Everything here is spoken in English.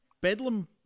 bedlam